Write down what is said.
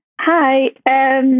Hi